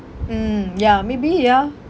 mm ya maybe ya